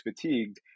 fatigued